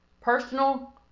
Personal